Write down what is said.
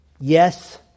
Yes